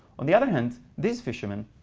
on the other hand, these fishermen,